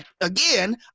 again